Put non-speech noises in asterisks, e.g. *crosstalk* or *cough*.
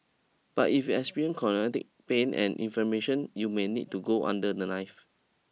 but if you experience *unintelligible* pain and inflammation you may need to go under the knife